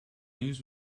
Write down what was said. news